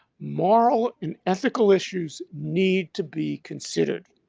moral and ethical issues need to be considered.